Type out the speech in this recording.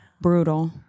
Brutal